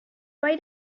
why